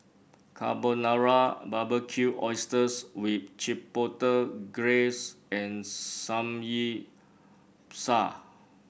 Carbonara Barbecued Oysters with Chipotle Glaze and Samgyeopsal